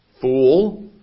Fool